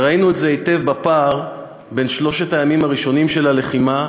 וראינו את זה היטב בפער בין שלושת הימים הראשונים של הלחימה